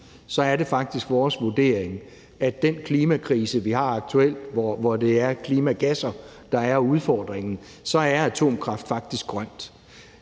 nu, er det faktisk vores vurdering, at med den klimakrise, vi har aktuelt, hvor det er klimagasser, der er udfordringen, så er atomkraft faktisk grøn.